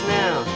now